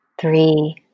three